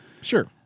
sure